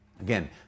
Again